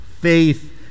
faith